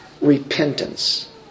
Repentance